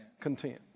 content